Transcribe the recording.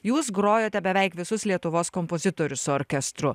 jūs grojote beveik visus lietuvos kompozitorius su orkestru